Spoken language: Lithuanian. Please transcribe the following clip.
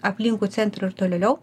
aplinkui centrą ir tolėliau